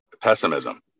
pessimism